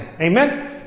Amen